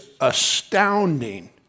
astounding